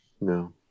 No